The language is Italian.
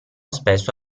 spesso